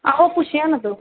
आहो पुच्छेआं ना तू